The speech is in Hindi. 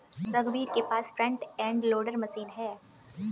रघुवीर के पास फ्रंट एंड लोडर मशीन है